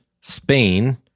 Spain